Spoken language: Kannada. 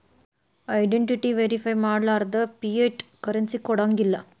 ಐಡೆನ್ಟಿಟಿ ವೆರಿಫೈ ಮಾಡ್ಲಾರ್ದ ಫಿಯಟ್ ಕರೆನ್ಸಿ ಕೊಡಂಗಿಲ್ಲಾ